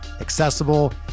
accessible